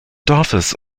dorfes